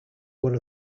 one